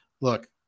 look